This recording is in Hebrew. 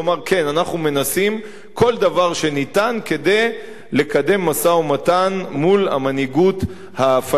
אנחנו מנסים כל דבר שאפשר כדי לקדם משא-ומתן עם המנהיגות הפלסטינית.